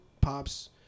pops